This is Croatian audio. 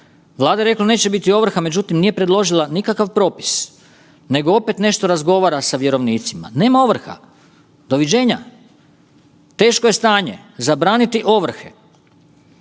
Vlada je rekla neće biti ovrha, međutim nije predložila nikakav propis nego opet nešto razgovara sa vjerovnicima, nema ovrha, doviđenja. Teško je stanje zabraniti ovrhe,